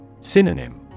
Synonym